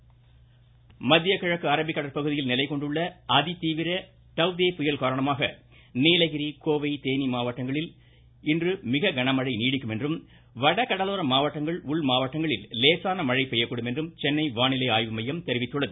வானிலை மத்திய கிழக்கு அரபிக்கடல் பகுதியில் நிலைகொண்டுள்ள அதி தீவிர டவ் தே புயல் காரணமாக நீலகிரி கோவை தேனி மாவட்டங்களில் இன்றும் மிக கனமழையும் வட கடலோர மாவட்டங்கள் உள்மாவட்டங்களில் லேசான மழையும் பெய்யக்கூடுமென்று சென்னை வானிலை ஆய்வுமையம் தெரிவித்துள்ளது